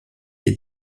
est